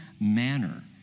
manner